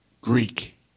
Greek